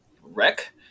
wreck